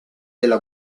della